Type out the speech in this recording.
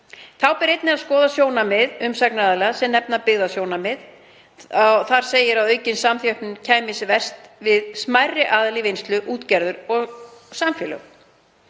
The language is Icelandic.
Þá ber einnig að skoða sjónarmið umsagnaraðila sem nefna byggðasjónarmið. Þar segir að aukin samþjöppun kæmi sér verst fyrir smærri aðila í vinnslu, útgerðir og samfélög.